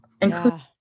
including